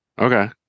Okay